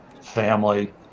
family